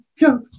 god